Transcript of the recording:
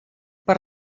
per